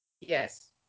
yes